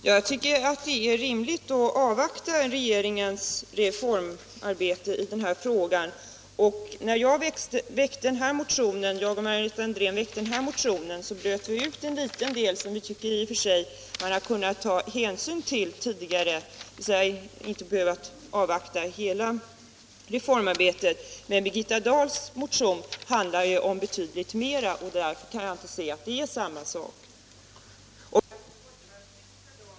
Herr talman! Det är rimligt att avvakta regeringens reformarbete i denna fråga. När jag och Margareta Andrén väckte vår motion, bröt vi ut en liten del som vi tyckte att man hade kunnat ta hänsyn till tidigare utan att behöva avvakta hela reformarbetet. Men den socialdemokratiska motionen handlar ju om betydligt mer, och därför kan jag inte se att det skulle innebära samma sak. Birgitta Dahl hade ju kunnat reservera sig till förmån för den motion som jag har väckt.